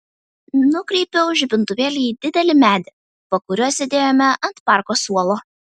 nukreipiau žibintuvėlį į didelį medį po kuriuo sėdėjome ant parko suolo